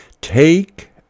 take